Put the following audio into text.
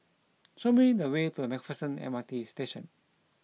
show me the way to MacPherson M R T Station